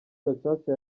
gacaca